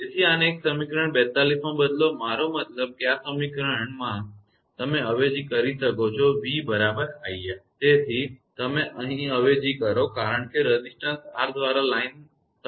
તેથી આને એક સમીકરણ 42 માં બદલો મારો મતલબ છે કે આ સમીકરણ માં તમે અવેજી કરી શકો છો v બરાબર iR છે અહીં તમે અવેજી કરો છો કારણ કે રેઝિસ્ટન્સ R દ્વારા લાઇન સમાપ્ત થાય છે